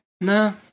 No